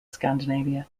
scandinavia